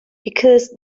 because